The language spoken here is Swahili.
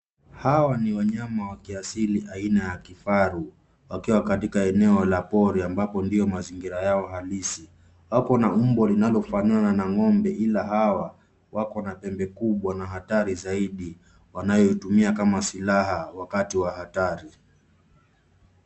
Hawa ni wanyama wa kiasili aina ya kifaru wakiwa katika eneo la pori ambapo ndiyo mazingira yao halisi. Wapo umbo linalofanana na ng'ombe ila hawa wako na pembe kubwa na hatari zaidi wanayoitumia kama silaha wakati wa hatari.